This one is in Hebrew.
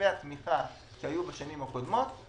המילים "לרבות שמיטה".